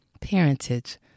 parentage